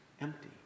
empty